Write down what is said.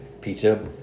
pizza